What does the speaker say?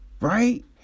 right